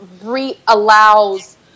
re-allows